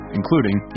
including